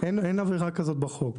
אין עבירה כזאת בחוק.